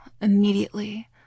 Immediately